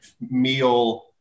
meal